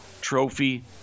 trophy